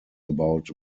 about